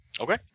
Okay